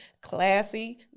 classy